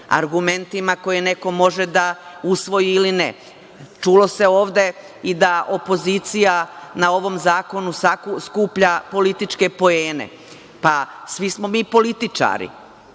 argumentima koje neko može da usvoji ili ne. Čulo se ovde i da opozicija na ovom zakonu skuplja političke poene. Pa, svi smo mi političari,